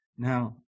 Now